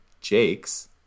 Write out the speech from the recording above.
Jakes